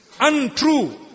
untrue